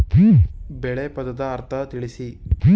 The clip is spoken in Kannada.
ಬೆಳೆ ಪದದ ಅರ್ಥ ತಿಳಿಸಿ?